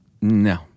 No